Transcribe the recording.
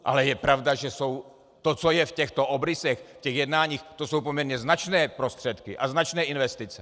Ale je pravda, že to, co je v těchto obrysech, v těch jednáních, to jsou poměrně značné prostředky a značné investice.